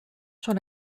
sur